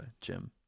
Jim